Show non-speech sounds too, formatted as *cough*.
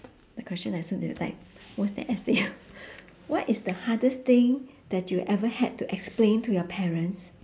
the question worse than essay *laughs* what is the hardest thing that you ever had to explain to your parents